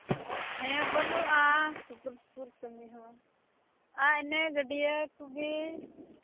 ᱦᱮᱸ ᱵᱟᱹᱱᱩᱜᱼᱟ ᱥᱩᱯᱩᱨᱼᱥᱩᱯᱩᱨ ᱠᱟᱹᱢᱤ ᱦᱚᱸ ᱟᱨ ᱤᱱᱟᱹ ᱜᱟᱹᱰᱭᱟᱹ ᱠᱚᱜᱮ